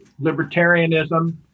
libertarianism